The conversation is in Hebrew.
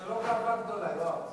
זאת לא גאווה גדולה, יואב.